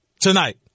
tonight